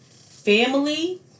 Family